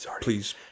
please